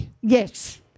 Yes